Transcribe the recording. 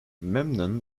memnon